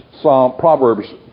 Proverbs